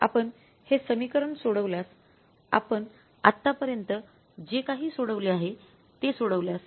आपण हे समीकरण सोडवल्यास आपण आतापर्यंत जे काही सोडवले आहे ते सोडवल्यास